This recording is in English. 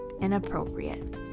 inappropriate